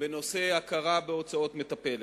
בנושא הכרה בהוצאות מטפלת.